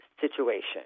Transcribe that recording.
situation